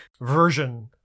version